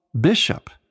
bishop